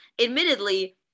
admittedly